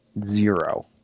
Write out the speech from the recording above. Zero